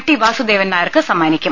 T Vasudevan നായർക്ക് സമ്മാനിക്കും